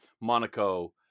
Monaco